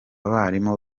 barimu